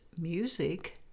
music